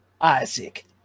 Isaac